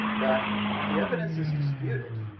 but if the evidence is disputed,